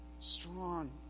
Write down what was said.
Strong